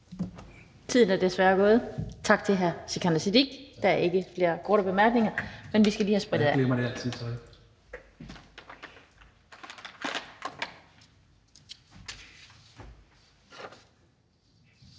Tiden er desværre gået. Tak til hr. Sikandar Siddique – der er ikke flere korte bemærkninger. Men vi skal lige have sprittet af.